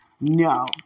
No